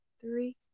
three